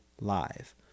live